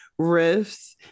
riffs